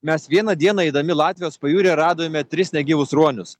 mes vieną dieną eidami latvijos pajūryje radome tris negyvus ruonius